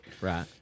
right